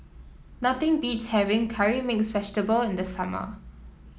nothing beats having curry mix vegetable in the summer